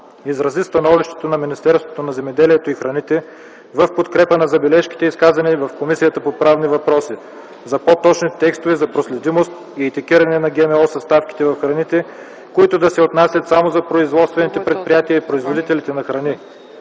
изрази становището на министерство на земеделието и храните в подкрепа на забележките, изказани в Комисията по правни въпроси за по-точни текстове за проследимост и етикетиране на ГМО съставки в храните, които да се отнасят само за производствените предприятия и производителите на храни.